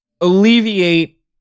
alleviate